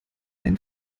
ein